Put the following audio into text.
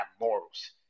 morals